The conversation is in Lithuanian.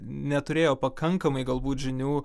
neturėjo pakankamai galbūt žinių